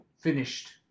finished